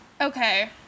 okay